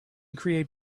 create